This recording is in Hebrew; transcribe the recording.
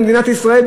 במדינת ישראל,